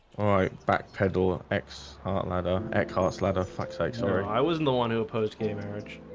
ah backpedal ex heart ladder at cars ladder. fuck sake. sorry. i wasn't the one who opposed gay. marriage.